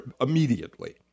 immediately